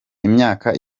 imyaka